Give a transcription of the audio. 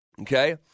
Okay